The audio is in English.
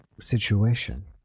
situation